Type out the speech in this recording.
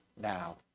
now